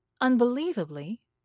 Unbelievably